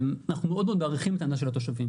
אנחנו מאוד מעריכים את הטענה של התושבים.